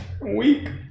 Weak